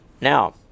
now